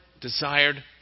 desired